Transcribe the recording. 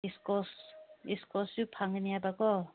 squash ꯏꯁꯀ꯭ꯋꯥꯁꯁꯨ ꯐꯪꯒꯅꯤ ꯍꯥꯏꯕ ꯀꯣ